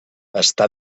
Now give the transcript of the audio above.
està